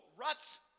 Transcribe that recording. ruts